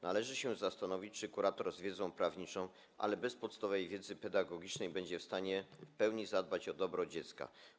Należy się zastanowić, czy kurator mający wiedzę prawniczą, ale bez podstawowej wiedzy pedagogicznej będzie w stanie w pełni zadbać o dobro dziecka.